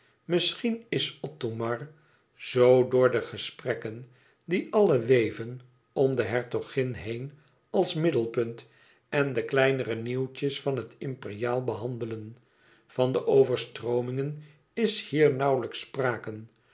misschien is othomar zoo door de gesprekken die alle weven om de hertogin heen als middenpunt en de kleinere nieuwtjes van het imperiaal behandelen van de overstroomingen is hier nauwlijks sprake